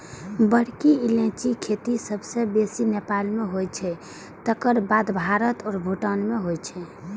बड़की इलायचीक खेती सबसं बेसी नेपाल मे होइ छै, तकर बाद भारत आ भूटान मे होइ छै